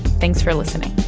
thanks for listening